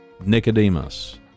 Nicodemus